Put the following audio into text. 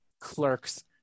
clerks